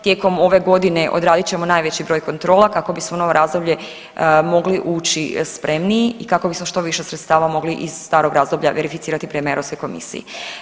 Tijekom ove godine odradit ćemo najveći broj kontrola kako bismo u novo razdoblje mogli ući spremniji i kako bismo što više sredstava mogli iz starog razdoblja verificirati prema Europskoj komisiji.